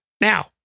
Now